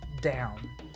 down